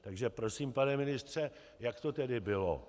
Takže prosím, pane ministře, jak to tedy bylo?